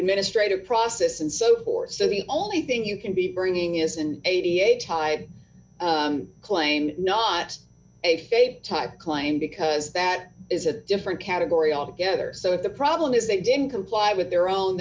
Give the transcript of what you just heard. administrators process and so forth so the only thing you can be bringing is an eighty eight dollars claim not a faith tack claim because that is a different category are together so if the problem is they didn't comply with their own